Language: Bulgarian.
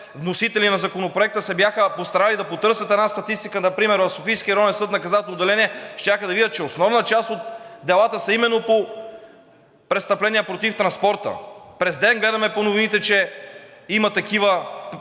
вносители на Законопроекта, се бяха постарали да потърсят една статистика, например в Софийския районен съд – наказателно отделение, щяха да видят, че основна част от делата са именно по престъпления против транспорта. През ден гледаме по новините, че има такива престъпления.